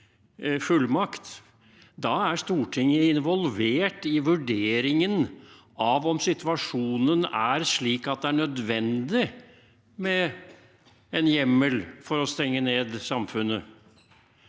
er Stortinget involvert i vurderingen av om situasjonen er slik at det er nødvendig med en hjemmel for å stenge ned samfunnet.